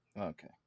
Okay